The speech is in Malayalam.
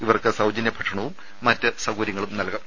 ഇവർക്ക് സൌജന്യ ഭക്ഷണവും മറ്റു സൌകര്യങ്ങളും നൽകും